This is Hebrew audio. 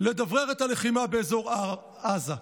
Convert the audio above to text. לדברר את הלחימה באזור עזה.